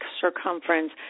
circumference